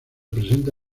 presenta